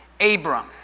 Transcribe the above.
Abram